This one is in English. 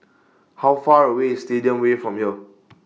How Far away IS Stadium Way from here